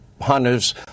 Hunter's